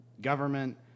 government